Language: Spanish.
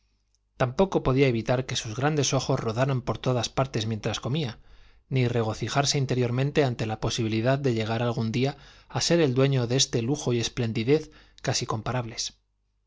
tampoco podía evitar que sus grandes ojos rodaran por todas partes mientras comía ni regocijarse interiormente ante la posibilidad de llegar algún día a ser el dueño de este lujo y esplendidez casi incomparables